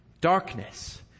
darkness